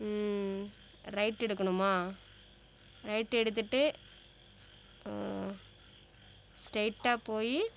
ம் ரைட் எடுக்கணுமா ரைட் எடுத்துகிட்டு ஸ்ட்ரெயிட்டாக போய்